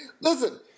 Listen